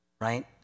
right